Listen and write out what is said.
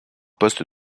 poste